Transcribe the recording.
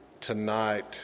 tonight